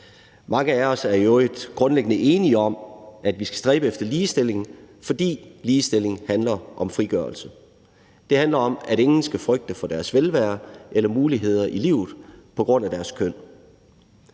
Mange af os er i øvrigt grundlæggende enige om, at vi skal stræbe efter ligestilling, for ligestilling handler om frigørelse. Det handler om, at ingen skal frygte for deres velvære eller muligheder i livet på grund af deres køn.